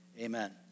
Amen